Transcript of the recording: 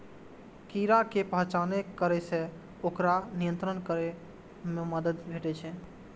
कीड़ा के पहचान करै सं ओकरा नियंत्रित करै मे मदति भेटै छै